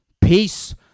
Peace